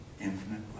infinite